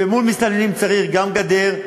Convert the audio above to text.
ומול מסתננים צריך גם גדר,